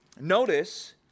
notice